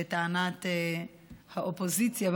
לטענת האופוזיציה,